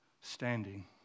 standing